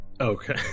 Okay